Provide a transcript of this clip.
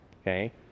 Okay